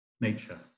nature